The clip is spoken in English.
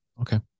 Okay